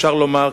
אפשר לומר,